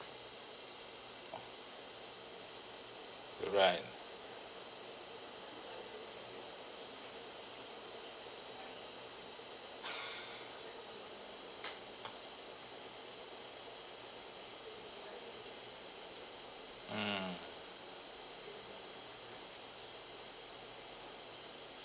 you're right mm